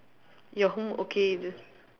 your home okay just